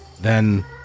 Then